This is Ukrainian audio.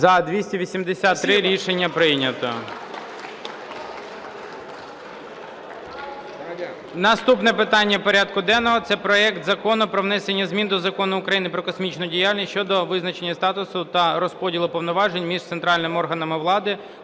За-283 Рішення прийнято. Наступне питання порядку денного – це проект Закону про внесення змін до Закону України "Про космічну діяльність" щодо визначення статусу та розподілу повноважень між центральними органами